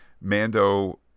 Mando